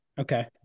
Okay